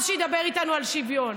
אז שידבר איתנו על שוויון.